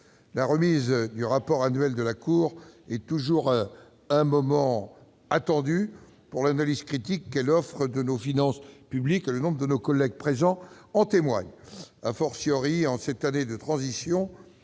La remise du rapport annuel de la Cour des comptes est toujours un moment très attendu pour l'analyse critique qu'elle offre de nos finances publiques- le nombre de mes collègues présents en témoigne -en cette année de transition